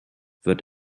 wird